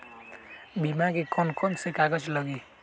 बीमा में कौन कौन से कागज लगी?